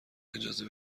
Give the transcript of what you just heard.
اجازه